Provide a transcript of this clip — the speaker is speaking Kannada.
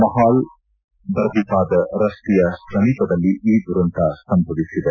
ಮಹಾಲ್ ಬರ್ದಿಪಾದ ರಸ್ತೆಯ ಸಮೀಪದಲ್ಲಿ ಈ ದುರಂತ ಸಂಭವಿಸಿದೆ